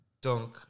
dunk